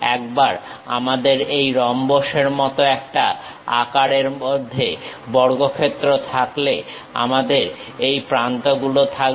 একবার আমাদের এই রম্বসের মত একটা আকারের মধ্যে বর্গক্ষেত্র থাকলে আমাদের এই প্রান্তগুলো থাকবে